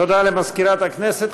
תודה למזכירת הכנסת.